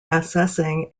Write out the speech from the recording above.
assessing